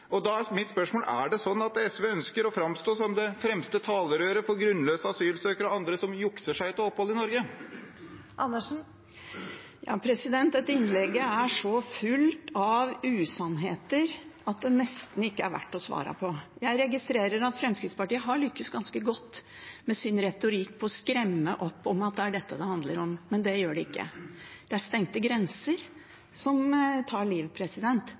Da er mitt spørsmål: Er det sånn at SV ønsker å framstå som det fremste talerøret for grunnløse asylsøkere og andre som jukser seg til opphold i Norge? Dette innlegget er så fullt av usannheter at det nesten ikke er verdt å svare på. Jeg registrerer at Fremskrittspartiet har lyktes ganske godt med sin retorikk om å skremme med at det er dette det handler om, men det gjør det ikke. Det er stengte grenser som tar liv.